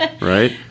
Right